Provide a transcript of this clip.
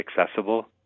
accessible